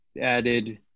added